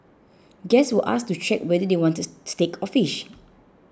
guests were asked to check whether they wanted steak or fish